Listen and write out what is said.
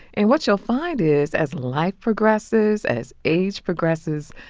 and what you'll find is, as life progresses, as age progresses,